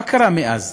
מה קרה מאז?